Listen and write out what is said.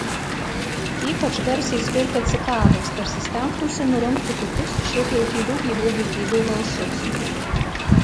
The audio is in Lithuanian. ypač garsiai svirpia cikados tarsi stengtųsi nurungti kitus šiaip jau tylių gyvų būtybių balsus